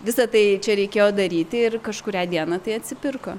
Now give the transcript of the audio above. visą tai čia reikėjo daryti ir kažkurią dieną tai atsipirko